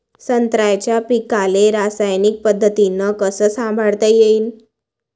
संत्र्याच्या पीकाले रासायनिक पद्धतीनं कस संभाळता येईन?